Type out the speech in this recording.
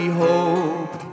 hope